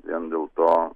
vien dėl to